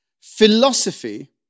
philosophy